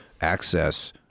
access